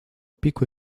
pico